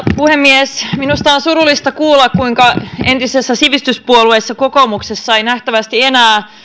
puhemies minusta on surullista kuulla kuinka entisessä sivistyspuolueessa kokoomuksessa ei nähtävästi enää